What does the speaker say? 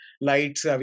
lights